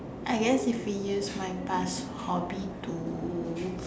I guess if you use my past hobby to